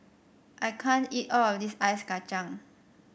I can't eat all of this Ice Kachang